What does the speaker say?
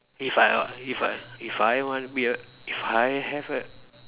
if I want if I if I want to be a if I have a